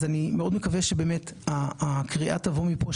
אז אני מאוד מקווה באמת שהקריאה תבוא מפה,